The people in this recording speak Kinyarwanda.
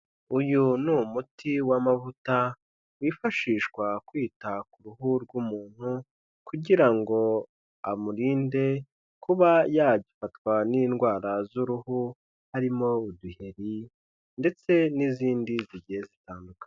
Uyu ni umuti w'amavuta wifashishwa kwita ku ruhu rw'umuntu kugira ngo amurinde kuba yafatwa n'indwara z'uruhu, harimo uduheri ndetse n'izindi zigiye zitandukanye.